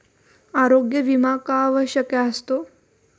आरोग्य विमा का आवश्यक असतो?